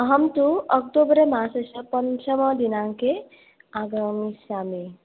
अहं तु अक्टोबर् मासस्य पञ्चमदिनाङ्के आगमिष्यामि